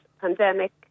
pandemic